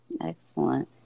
Excellent